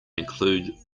include